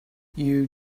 you